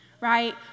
right